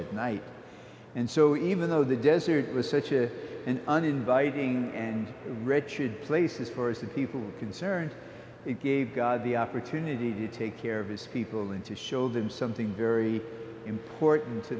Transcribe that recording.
at night and so even though the desert was such a uninviting and wretched places for the people concerned it gave god the opportunity to take care of his people and to show them something very important to